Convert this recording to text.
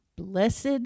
blessed